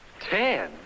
Ten